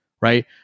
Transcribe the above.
right